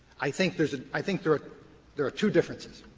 i think there's a i think there are there are two differences.